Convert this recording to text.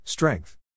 Strength